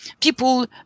people